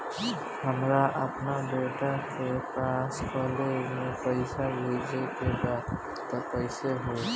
हमरा अपना बेटा के पास कॉलेज में पइसा बेजे के बा त कइसे होई?